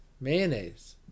Mayonnaise